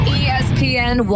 espn